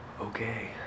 Okay